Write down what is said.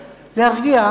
להרגיע.